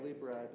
bread